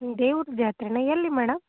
ದೇವ್ರ ಜಾತ್ರೇನಾ ಎಲ್ಲಿ ಮೇಡಮ್